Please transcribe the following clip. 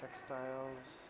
textiles